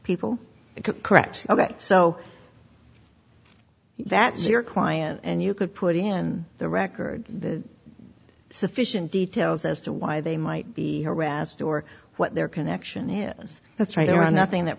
people correct ok so that's your client and you could put in the record sufficient details as to why they might be harassed or what their connection is that's right around nothing that